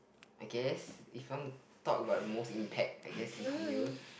I guess if you want to talk about the most impact I guess Lee Kuan Yew